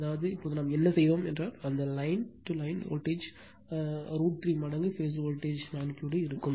அதாவது இப்போது நாம் என்ன செய்தோம் என்றால் அந்த லைன் லைன் வோல்ட்டேஜ் ரூட் 3 மடங்கு பேஸ் வோல்ட்டேஜ் அளவு இருக்கும்